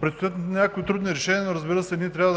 Предстоят някои трудни решения, но, разбира се, ние трябва